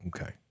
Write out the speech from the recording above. Okay